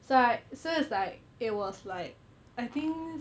it's like so it's like it was like I think